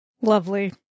lovely